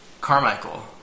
Carmichael